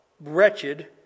wretched